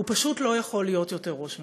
הוא פשוט לא יכול להיות יותר ראש ממשלה.